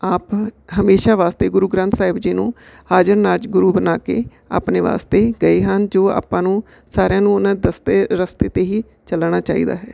ਆਪ ਹਮੇਸ਼ਾਂ ਵਾਸਤੇ ਗੁਰੂ ਗ੍ਰੰਥ ਸਾਹਿਬ ਜੀ ਨੂੰ ਹਾਜ਼ਰ ਨਾਜ ਗੁਰੂ ਬਣਾ ਕੇ ਆਪਣੇ ਵਾਸਤੇ ਗਏ ਹਨ ਜੋ ਆਪਾਂ ਨੂੰ ਸਾਰਿਆਂ ਨੂੰ ਉਹਨਾਂ ਦਸਤੇ ਰਸਤੇ 'ਤੇ ਹੀ ਚੱਲਣਾ ਚਾਹੀਦਾ ਹੈ